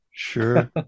sure